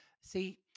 See